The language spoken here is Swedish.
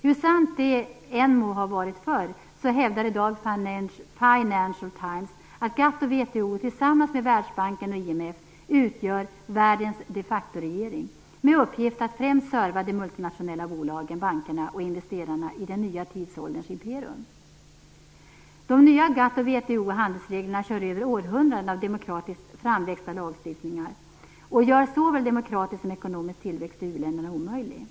Hur sant det än må ha varit förr hävdar i dag Financial Times att GATT och VHO tillsammans med Värlsbanken och IMF utgör världens de factoregering. Uppgiften är främst att serva de multinationella bolagen, bankerna och investerarna i "den nya tidsålderns imperium". De nya GATT-, VHO och handelsreglerna kör över lagstiftningar framväxta under århundraden och gör såväl demokratisk som ekonomisk tillväxt i u-länderna omöjliga.